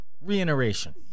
Reiteration